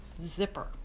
zipper